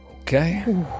Okay